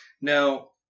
Now